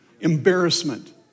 embarrassment